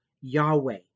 Yahweh